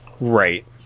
right